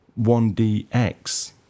1DX